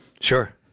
Sure